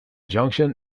junction